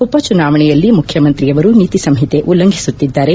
ಉಪ ಚುನಾವಣೆಯಲ್ಲಿ ಮುಖ್ಯಮಂತ್ರಿಯವರು ನೀತಿ ಸಂಹಿತೆ ಉಲ್ಲಂಘಿಸುತ್ತಿದ್ದಾರೆ